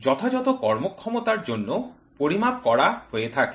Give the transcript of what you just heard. যথাযথ কর্মক্ষমতার জন্য পরিমাপ করা হয়ে থাকে